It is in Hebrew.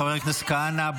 חבר הכנסת כהנא,